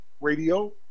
Radio